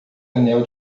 anel